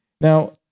Now